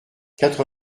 quatre